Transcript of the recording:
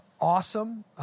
awesome